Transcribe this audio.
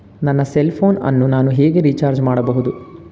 ನನ್ನ cell phone ಅನ್ನು ನಾನು ಹೇಗೆ ರಿಚಾರ್ಜ್ ಮಾಡಬಹುದು?